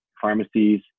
pharmacies